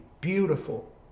beautiful